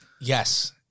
Yes